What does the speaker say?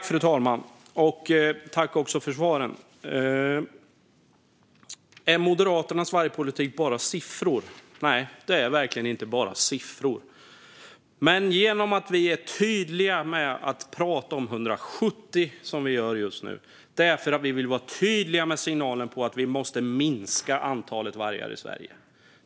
Fru talman! Jag tackar för svaren. Är Moderaternas vargpolitik bara siffror? Nej, det är verkligen inte bara siffror. Men att vi är tydliga och pratar om 170 vargar, som vi gör just nu, är för att vi vill vara tydliga med signalen om att vi måste minska antalet vargar i Sverige.